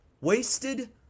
Wasted